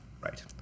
right